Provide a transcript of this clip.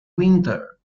winter